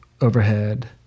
overhead